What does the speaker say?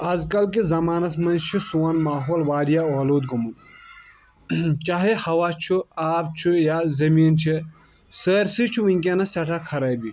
آز کَل کِس زَمانَس منٛز چھ سون ماحول واریاہ آلود گوٚومُت چاہے ہوا چھُ آب چھُ یا زمیٖن چھےٚ سٲرۍسٕے چھُ ؤنٛۍکیٚنس سٮ۪ٹھاہ خرٲبی